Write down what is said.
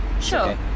Sure